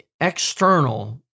external